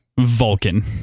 Vulcan